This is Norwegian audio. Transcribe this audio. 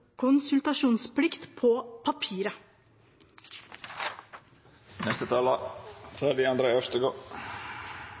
konsultasjonsplikt på